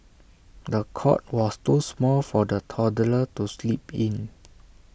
the cot was too small for the toddler to sleep in